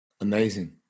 Amazing